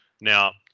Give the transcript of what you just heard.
Now